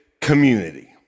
community